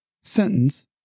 sentence